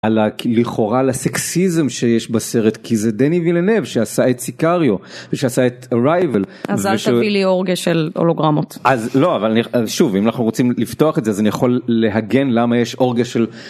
על ה… לכאורה לסקסיזם שיש בסרט כי זה דני וילנב שעשה את סיכריו ושעשה את arrival. אז אל תביא לי אורגיה של הולוגרמות אז לא. אבל שוב אם אנחנו רוצים לפתוח את זה אז אני יכול להגן למה יש אורגיה של.